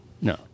no